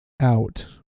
out